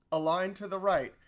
aligned to the right.